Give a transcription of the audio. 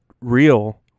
real